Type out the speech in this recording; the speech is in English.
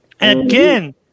Again